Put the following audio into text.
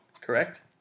correct